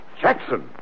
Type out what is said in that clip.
Jackson